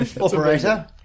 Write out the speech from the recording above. Operator